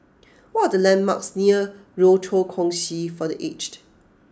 what the landmarks near Rochor Kongsi for the Aged